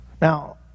Now